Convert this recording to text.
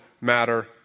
matter